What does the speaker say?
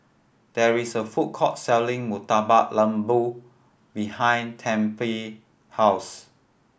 there is a food court selling Murtabak Lembu behind Tempie house